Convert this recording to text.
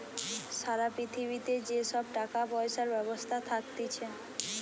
সারা পৃথিবীতে যে সব টাকা পয়সার ব্যবস্থা থাকতিছে